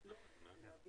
יש להם